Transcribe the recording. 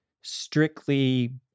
strictly